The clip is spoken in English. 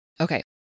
Okay